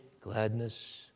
gladness